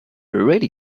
really